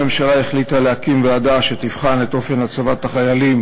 הממשלה החליטה להקים ועדה שתבחן את אופן הצבת החיילים